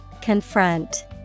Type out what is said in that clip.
Confront